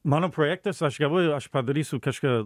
mano projektas aš galvoju aš padarysiu kažką